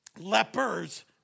Lepers